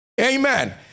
Amen